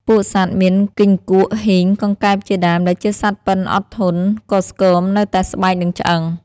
ពួកសត្វមានគីង្គក់ ហ៊ីង កង្កែបជាដើម ដែលជាសត្វប៉ិនអត់ធន់ក៏ស្គមនៅតែស្បែកនិងឆ្អឹង។